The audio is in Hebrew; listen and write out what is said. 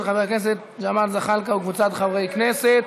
של חבר הכנסת ג'מאל זחאלקה וקבוצת חברי כנסת.